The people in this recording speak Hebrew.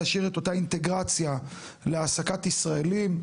להשאיר את אותה אינטגרציה להעסקת ישראליים,